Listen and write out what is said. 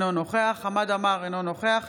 אינו נוכח חמד עמאר, אינו נוכח